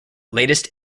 latest